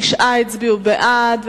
תשעה הצביעו בעד,